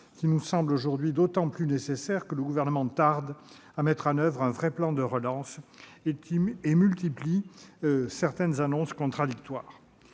qui nous semble d'autant plus nécessaire que le Gouvernement tarde à mettre en oeuvre un vrai plan de relance et qu'il multiplie certaines annonces contradictoires